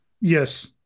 Yes